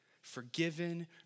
forgiven